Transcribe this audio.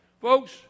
Folks